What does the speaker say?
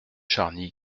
charny